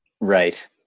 right